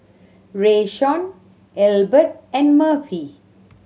Rayshawn Elbert and Murphy